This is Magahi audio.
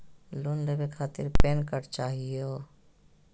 लोन लेवे खातीर पेन कार्ड चाहियो?